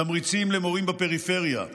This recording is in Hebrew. תמריצים למורים בפריפריה,